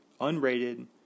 unrated